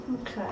Okay